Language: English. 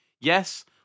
Yes